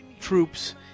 troops